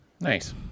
nice